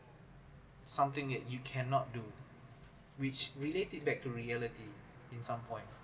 something that you cannot do which related back to reality in some point